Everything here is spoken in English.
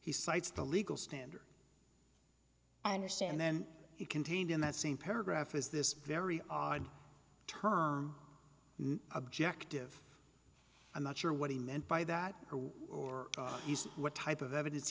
cites the legal standard i understand then it contained in that same paragraph is this very odd term objective i'm not sure what he meant by that or what type of evidence